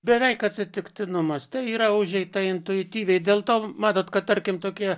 beveik atsitiktinumas tai yra užeita intuityviai dėl to matot kad tarkim tokie